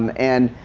um and,